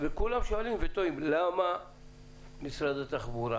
כולם שואלים ותוהים למה משרד התחבורה